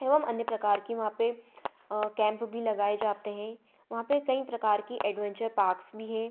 एवं अन्य प्रकार की वहाँ पे कैम्प भी लगाए जाते हैं वहाँ पे कई प्रकार की एडवेंचर पार्क्स भी हैं